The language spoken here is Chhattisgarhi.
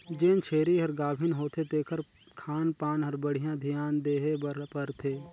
जेन छेरी हर गाभिन होथे तेखर खान पान ल बड़िहा धियान देहे बर परथे